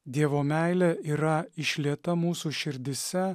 dievo meilė yra išlieta mūsų širdyse